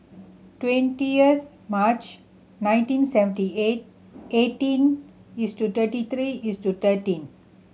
twentieth March nineteen seventy eight eighteen thirty three thirteen